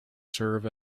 serve